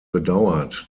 bedauert